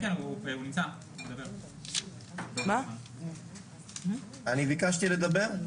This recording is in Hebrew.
אני ביקשתי לדבר.